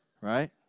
right